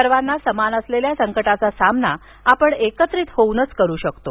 सर्वांना समान असलेल्या संकटाचा सामना आपण एकत्रित येऊनच करू शकतो